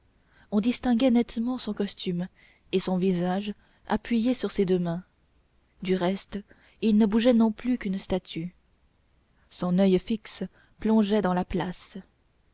on distinguait nettement son costume et son visage appuyé sur ses deux mains du reste il ne bougeait non plus qu'une statue son oeil fixe plongeait dans la place